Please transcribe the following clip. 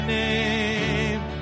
name